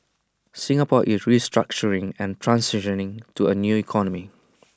Singapore is restructuring and transitioning to A new economy